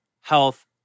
health